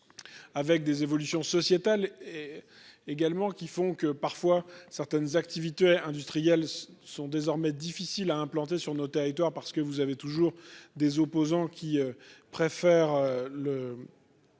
Avec des évolutions sociétales et également qui font que parfois, certaines activités industrielles sont désormais difficile à implanter sur notre territoire, parce que vous avez toujours des opposants qui préfèrent le.